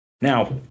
Now